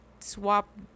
swap